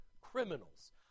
criminals